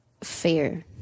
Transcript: fair